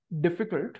difficult